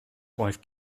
wife